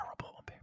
terrible